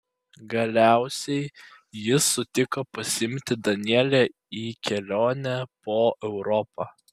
galiausiai jis sutiko pasiimti danielę į kelionę po europą